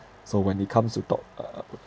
so when it comes to talk uh